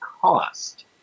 cost